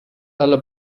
alle